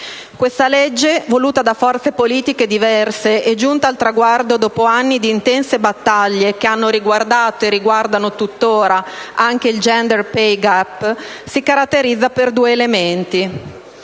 Questa legge, voluta da forze politiche diverse e giunta al traguardo dopo anni di intense battaglie che hanno riguardato e riguardano tuttora anche il *gender pay gap,* si caratterizza per due elementi: